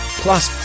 plus